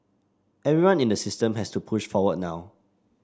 everyone in the system has to push forward now